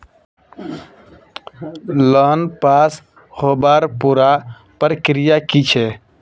Loan पास होबार पुरा प्रक्रिया की छे?